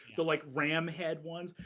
the like ram head ones,